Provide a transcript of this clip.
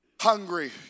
Hungry